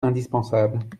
indispensable